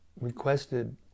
requested